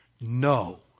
No